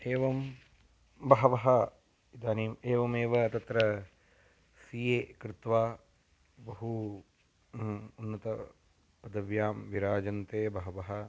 एवं बहवः इदानीम् एवमेव तत्र सि ए कृत्वा बहु उन्नतपदव्यां विराजन्ते बहवः